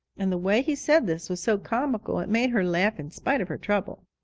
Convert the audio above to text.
and the way he said this was so comical it made her laugh in spite of her trouble.